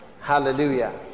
Hallelujah